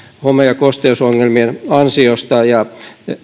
home ja kosteusongelmien vuoksi ja